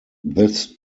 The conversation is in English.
this